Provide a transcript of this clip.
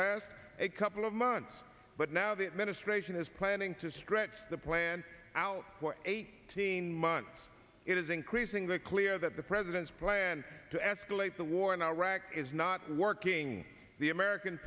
last a couple of months but now the administration is planning to stretch the plan out for eighteen months it is increasingly clear that the president's plan to escalate the war in iraq is not working the american